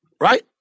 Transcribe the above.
Right